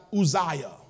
Uzziah